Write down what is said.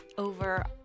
Over